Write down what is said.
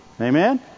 Amen